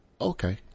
Okay